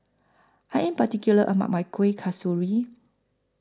I Am particular about My Kueh Kasturi